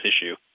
issue